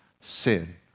sin